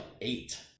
eight